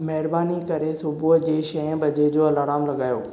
महिरबानी करे सुबुह जे छह बजे जो अलार्मु लॻायो